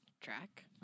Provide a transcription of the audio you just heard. track